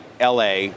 LA